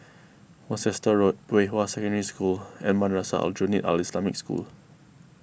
Worcester Road Pei Hwa Secondary School and Madrasah Aljunied Al Islamic School